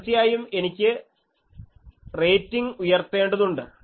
തീർച്ചയായും എനിക്ക് റേറ്റിംഗ് ഉയർത്തേണ്ടതുണ്ട്